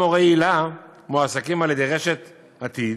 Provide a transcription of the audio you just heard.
גם מורי היל"ה מועסקים על-ידי רשת "עתיד"